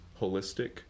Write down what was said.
holistic